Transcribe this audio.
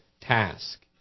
task